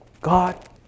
God